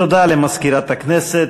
תודה למזכירת הכנסת.